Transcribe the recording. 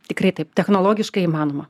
tikrai taip technologiškai įmanoma